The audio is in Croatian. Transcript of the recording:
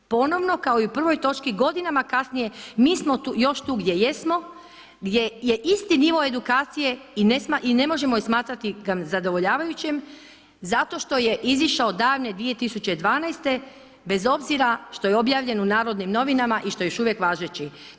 Ponovno kao i u prvoj točki, godinama kasnije, mi smo još tu gdje jesmo, gdje je isti nivo edukacije i ne možemo ga smatrati zadovoljavajućim zato što je izišao davne 2012. bez obzira što je objavljen u NN i što je još uvijek važeći.